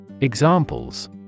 Examples